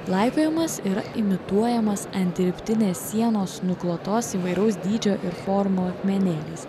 laipiojimas yra imituojamas ant dirbtinės sienos nuklotos įvairaus dydžio ir formų akmenėliais